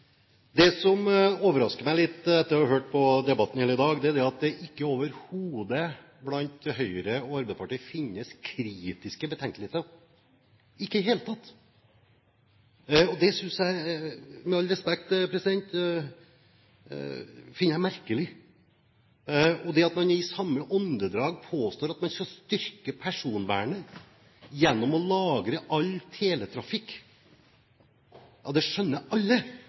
Det som overrasker meg litt etter å ha hørt på debatten i hele dag, er at det i Høyre og Arbeiderpartiet overhodet ikke finnes betenkeligheter – ikke i det hele tatt. Det finner jeg, med all respekt, merkelig. Og at man i samme åndedrag påstår at man skal styrke personvernet ved å lagre all teletrafikk – ja, det skjønner alle